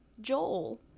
Joel